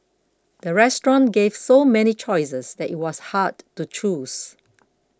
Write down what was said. the restaurant gave so many choices that it was hard to choose